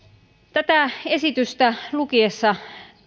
tätä esitystä lukiessa